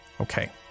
Okay